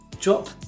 drop